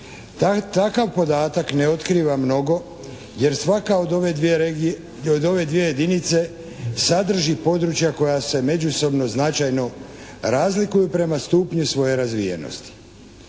Takav podatak ne otkriva mnogo jer svaka od ove dvije jedinice sadrži područja koja se međusobno značajno razlikuju prema stupnju svoje razvijenosti.